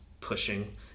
pushing